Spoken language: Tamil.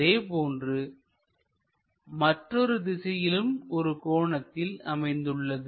அதே போன்று மற்றொரு திசையிலும் ஒரு கோணத்தில் அமைந்துள்ளது